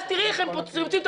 אז תראי איך הם מיד פותרים.